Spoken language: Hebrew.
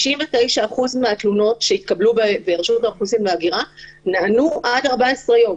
69% מהתלונות שהתקבלו ברשות האוכלוסין וההגירה נענו עד 14 יום.